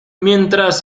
mientras